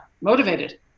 Motivated